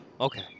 Okay